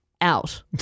out